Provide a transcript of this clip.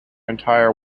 entire